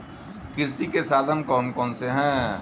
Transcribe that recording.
कृषि के साधन कौन कौन से हैं?